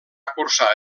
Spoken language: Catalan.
cursar